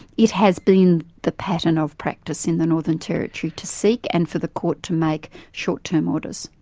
it has been the pattern of practice in the northern territory to seek and for the court to make short-term orders.